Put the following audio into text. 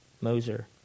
Moser